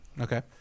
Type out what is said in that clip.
Okay